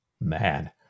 man